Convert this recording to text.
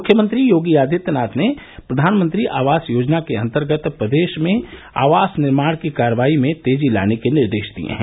मुख्यमंत्री योगी आदित्यनाथ ने प्रधानमंत्री आवास योजना के अन्तर्गत प्रदेश में आवास निर्माण की कार्रवाई में तेजी लाने के निर्देश दिये हैं